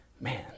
man